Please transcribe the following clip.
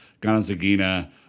Gonzagina